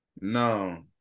No